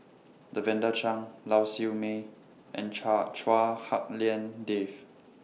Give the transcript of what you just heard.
Lavender Chang Lau Siew Mei and Cha Chua Hak Lien Dave